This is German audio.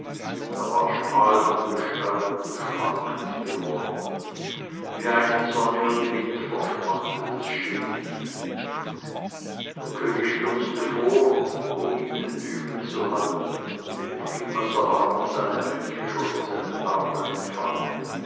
er war schmal von gestalt und schwankend geworden wie ein in sonne und wind verschmachtetes schilf der könig stürzte vor um ihm den bügel zu halten den primas aber hatten seine mönche schon in ihren armen empfangen